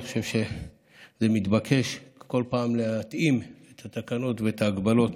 אני חושב שזה מתבקש כל פעם להתאים את התקנות ואת ההגבלות